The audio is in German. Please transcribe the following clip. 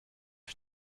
ich